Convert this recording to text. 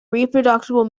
reproducible